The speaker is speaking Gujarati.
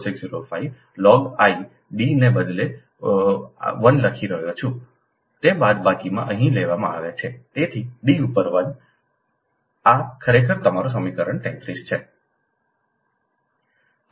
4605 લોગ હું D ને બદલે 1 લખી રહ્યો છું તે બાદબાકી અહીં લેવામાં આવે છે તેથી D ઉપર 1 આ ખરેખર તમારું સમીકરણ 33 છે